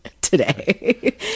today